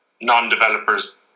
non-developers